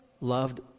loved